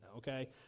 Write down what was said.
okay